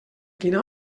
quina